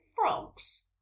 frog's